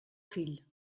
fill